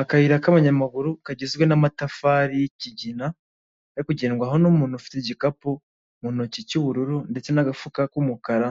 Akayira k'ayamaguru kagizwe n'amatafari y'ikigina yo kugendwaho n'umuntu ufite igikapu mu ntoki cy'ubururu ndetse n'agafuka k'umukara